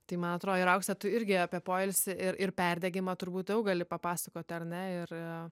tai man atrodo ir aukse tu irgi apie poilsį ir ir perdegimą turbūt gali papasakoti ar ne ir